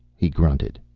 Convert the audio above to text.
he grunted.